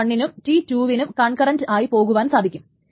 T 1 നും T 2 വിനും concurrent ആയി പോകുവാൻ സാധിക്കും